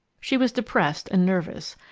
she was depressed and nervous,